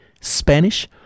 Spanish